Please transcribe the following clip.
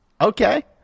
Okay